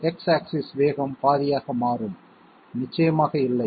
x axis வேகம் பாதியாக மாறும் நிச்சயமாக இல்லை